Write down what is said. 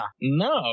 No